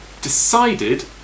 decided